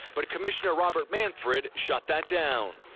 but commissioner robert manfred shut that down.